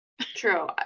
True